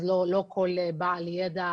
אז לא כל בעל ידע